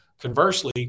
conversely